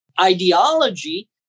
ideology